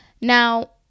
Now